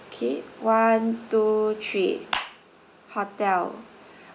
okay one two three hotel